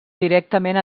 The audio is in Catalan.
directament